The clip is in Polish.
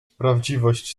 prawdziwość